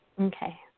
Okay